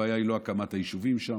הבעיה היא לא הקמת היישובים שם.